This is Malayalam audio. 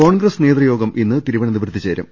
കോൺഗ്രസ് നേതൃയോഗം ഇന്ന് തിരുവനന്തപുരത്ത് ചേരും